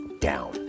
down